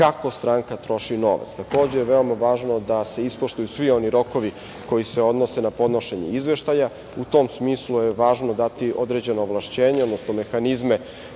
kako stranka troši novac. Takođe, veoma je važno da se ispoštuju svi oni rokovi koji se odnose na podnošenje izveštaja. U tom smislu je važno dati određena ovlašćenja, odnosno mehanizme